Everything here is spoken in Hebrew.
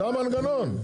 זה המנגנון.